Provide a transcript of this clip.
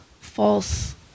false